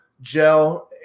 gel